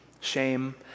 shame